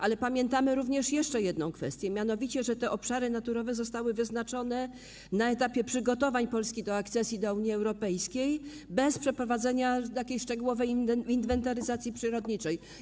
Ale pamiętamy również jeszcze jedną kwestię, mianowicie że te obszary naturowe zostały wyznaczone na etapie przygotowań Polski do akcesji do Unii Europejskiej bez przeprowadzenia szczegółowej inwentaryzacji przyrodniczej.